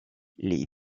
les